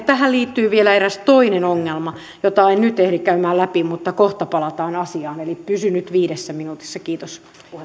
tähän liittyy vielä eräs toinen ongelma jota en nyt ehdi käymään läpi mutta kohta palataan asiaan eli pysyn nyt viidessä minuutissa kiitos